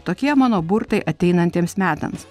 tokie mano burtai ateinantiems metams